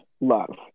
love